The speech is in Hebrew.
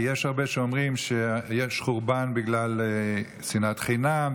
כי יש הרבה שאומרים שיש חורבן בגלל שנאת חינם,